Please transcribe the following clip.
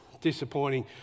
Disappointing